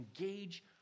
engage